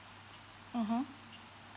mmhmm